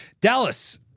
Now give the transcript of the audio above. Dallas